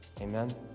Amen